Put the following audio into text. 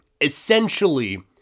essentially